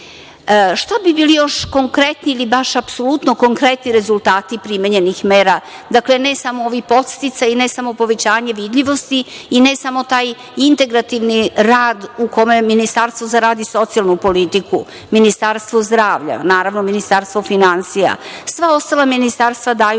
Šta bi bili još konkretni ili baš apsolutno konkretni rezultati primenjenih mera, dakle, ne samo ovi podsticaji, ne samo povećanje vidljivosti i ne samo taj integrativni rad u kome Ministarstvo za rad i socijalnu politiku, Ministarstvo zdravlja, naravno Ministarstvo finansija, sva ostala ministarstva daju